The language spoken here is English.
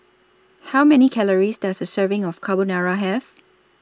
How Many Calories Does A Serving of Carbonara Have